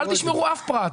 אל תשמרו אף פרט,